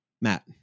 Matt